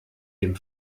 dem